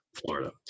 Florida